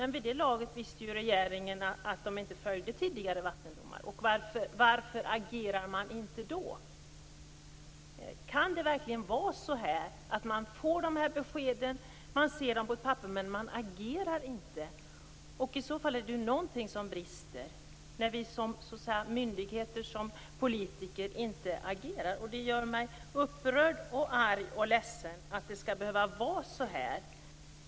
Men vid det laget visste ju regeringen att tidigare vattendomar inte följdes. Varför agerade regeringen inte då? Kan det verkligen vara så att man får beskeden, man läser papperet men man agerar inte? I så fall, om myndigheter och politiker inte agerar, är det ju något som brister. Det gör mig upprörd, arg och ledsen att det skall behöva vara så.